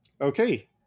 okay